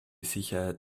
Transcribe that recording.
sicherheit